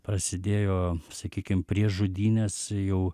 prasidėjo sakykim prieš žudynes jau